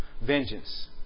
vengeance